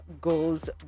goes